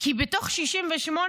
כי בתוך 68,